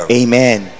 amen